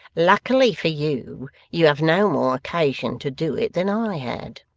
luckily for you, you have no more occasion to do it than i had